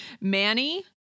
Manny